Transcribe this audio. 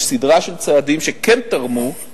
סדרה של צעדים שכן תרמו,